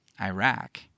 Iraq